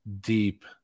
deep